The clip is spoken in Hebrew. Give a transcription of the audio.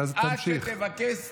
עד שתבקש סליחה.